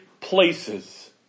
places